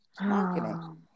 Marketing